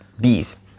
bees